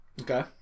Okay